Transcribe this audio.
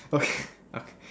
okay okay